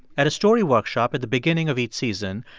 at a story workshop at the beginning of each season,